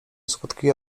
skutki